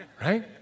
Right